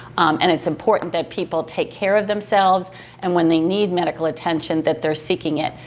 and it's important that people take care of themselves and when they need medical attention, that they're seeking it,